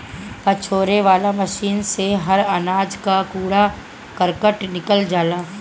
पछोरे वाला मशीन से हर अनाज कअ कूड़ा करकट निकल जाला